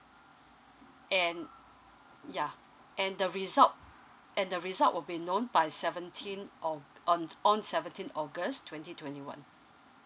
and yeah and the result and the result will be known by seventeen of on on seventeen august twenty twenty one